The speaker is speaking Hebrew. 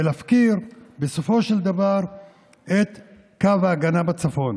ולהפקיר בסופו של דבר את קו ההגנה בצפון.